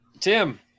Tim